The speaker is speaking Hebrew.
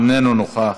איננו נוכח.